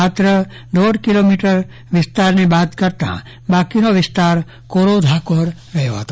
માત્ર દોઢ કિલોમીટર વિસ્તારને બાદ કરતા બાકીનો વિસ્તાર કોરો ધાકડ રહ્યો હતો